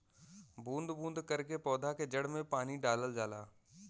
बूंद बूंद करके पौधा के जड़ में पानी डालल जाला